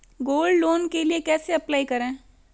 Gold loan के लिए कैसे अप्लाई करें?